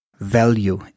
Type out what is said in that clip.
value